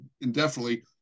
indefinitely